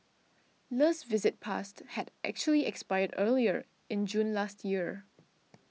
Le's visit passed had actually expired earlier in June last year